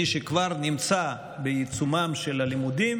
מי שכבר נמצא בעיצומם של הלימודים,